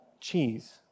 cheese